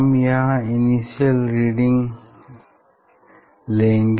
हमें यहां initial reading लेनी है